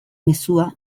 mezua